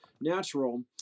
natural